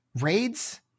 raids